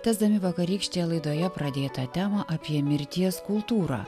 tęsdami vakarykštėje laidoje pradėtą temą apie mirties kultūrą